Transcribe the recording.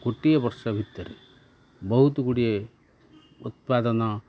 ଗୋଟିଏ ବର୍ଷ ଭିତରେ ବହୁତ ଗୁଡ଼ିଏ ଉତ୍ପାଦନ